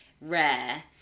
rare